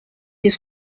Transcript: his